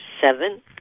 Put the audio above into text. seven